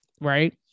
right